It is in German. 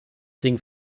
ding